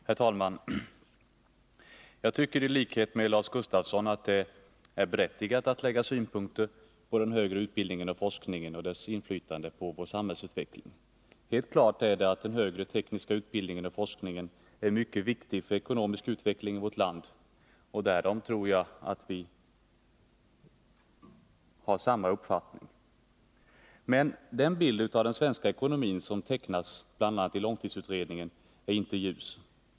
Herr talman! Jag tycker i likhet med Lars Gustafsson att det är berättigat att anlägga synpunkter på den högre utbildningen och forskningen och dessa grenars inflytande på vår samhällsutveckling. Helt klart är att den högre tekniska utbildningen och forskningen har stor betydelse för den ekonomiska utvecklingen i vårt land, och därom tror jag att vi har samma uppfattning. Den bild av den svenska ekonomin som tecknas i bl.a. långtidsutredningen är inte ljus.